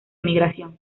emigración